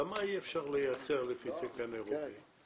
למה אי אפשר לייצר לפי תקן אירופאי?